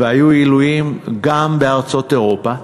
והיו עילויים גם בארצות אירופה.